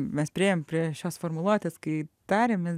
mes priėjome prie šios formuluotės kai tarėmės